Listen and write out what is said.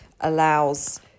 allows